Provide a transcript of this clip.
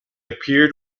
appeared